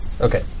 Okay